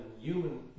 human